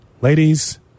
ladies